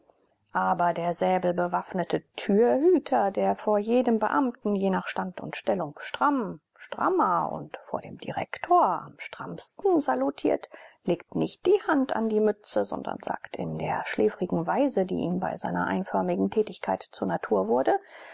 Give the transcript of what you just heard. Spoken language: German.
aber der säbelbewaffnete türhüter der vor jedem beamten je nach stand und stellung stramm strammer und vor dem direktor am strammsten salutiert legt nicht die hand an die mütze sondern sagt in der schläfrigen weise die ihm bei seiner einförmigen tätigkeit zur natur wurde